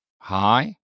Hi